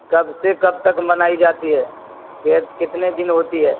کب سے کب تک منائی جاتی ہے یہ کتنے دن ہوتی ہے